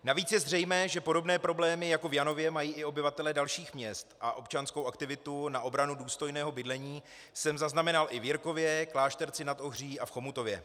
Navíc je zřejmé, že podobné problémy jako v Janově mají i obyvatelé dalších měst a občanskou aktivitu na obranu důstojného bydlení jsem zaznamenal i v Jirkově, Klášterci nad Ohří a v Chomutově.